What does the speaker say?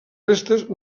restes